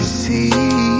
see